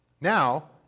Now